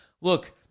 look